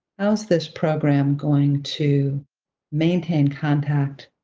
how is this program going to maintain contact